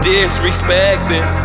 Disrespecting